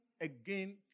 again